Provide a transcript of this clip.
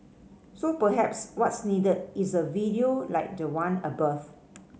so perhaps what's needed is a video like the one above